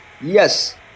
yes